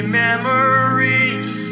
memories